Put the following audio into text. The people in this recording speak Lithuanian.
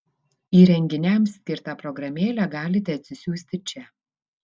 įrenginiams skirtą programėlę galite atsisiųsti čia